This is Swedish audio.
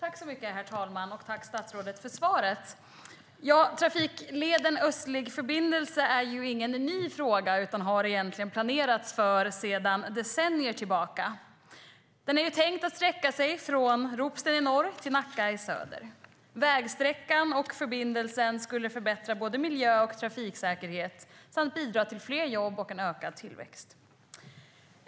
Herr talman! Tack, statsrådet, för svaret! Trafikleden Östlig förbindelse är ingen ny fråga, utan det har egentligen planerats för den sedan decennier tillbaka. Den är tänkt att sträcka sig från Ropsten i norr till Nacka i söder. Vägsträckan och förbindelsen skulle förbättra både miljö och trafiksäkerhet samt bidra till fler jobb och en ökad tillväxt.